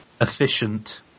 Efficient